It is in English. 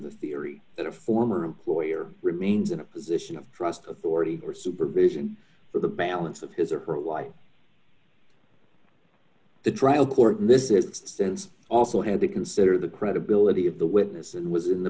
the theory that a former employer remains in a position of trust authority ringback or supervision for the balance of his or her life the trial court and this is the sense also had to consider the credibility of the witness and was in the